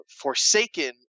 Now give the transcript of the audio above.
Forsaken